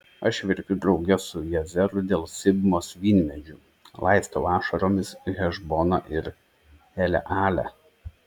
aš verkiu drauge su jazeru dėl sibmos vynmedžių laistau ašaromis hešboną ir elealę